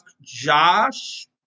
Josh